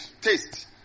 taste